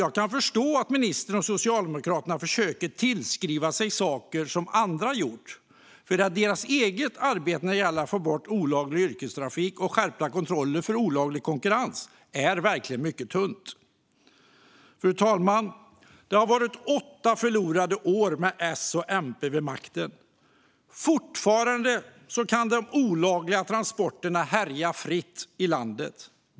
Jag kan förstå att ministern och Socialdemokraterna försöker tillskriva sig saker som andra gjort, för deras eget arbete när det gäller att få bort olaglig yrkestrafik och skärpa kontrollerna mot olaglig konkurrens är verkligen mycket tunt. Fru talman! Det har varit åtta förlorade år med S och MP vid makten. Fortfarande kan de olagliga transporterna härja fritt i landet.